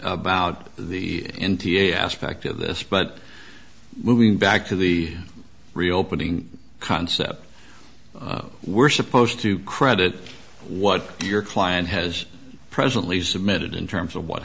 about the indie aspect of this but moving back to the reopening concept we're supposed to credit what your client has presently submitted in terms of what